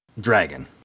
dragon